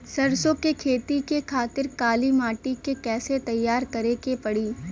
सरसो के खेती के खातिर काली माटी के कैसे तैयार करे के पड़ी?